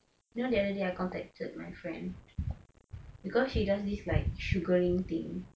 you know the other day I contacted my friend because she does this like sugaring thing